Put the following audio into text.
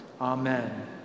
Amen